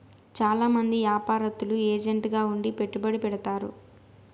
చాలా మంది యాపారత్తులు ఏజెంట్ గా ఉండి పెట్టుబడి పెడతారు